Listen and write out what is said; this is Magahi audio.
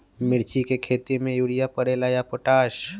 मिर्ची के खेती में यूरिया परेला या पोटाश?